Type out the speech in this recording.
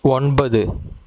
ஒன்பது